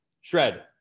Shred